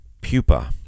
Pupa